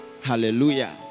Hallelujah